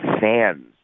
fans